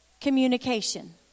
communication